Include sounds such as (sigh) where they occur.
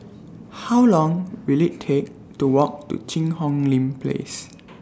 How Long Will IT Take to Walk to Cheang Hong Lim Place (noise)